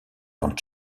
dans